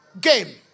game